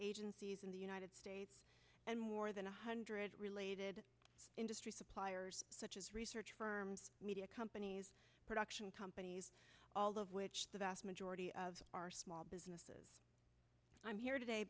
agencies in the united states and more than one hundred related industry suppliers such as research firms media companies production companies all of which the vast majority of our small businesses i'm here today